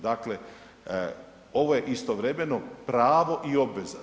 Dakle, ovo je istovremeno pravo i obveza.